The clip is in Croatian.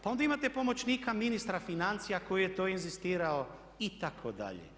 Pa onda imate pomoćnika ministra financija koji je to inzistirao itd.